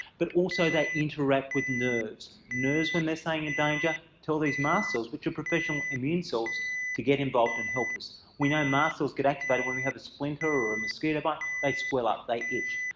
but also they interact with nerves. nerves when they're say in danger tell these mast cells, which are professional immune cells to get involved in helping. we know mast cells get activated when we have a splinter or a mosquito bite. they swell up itch.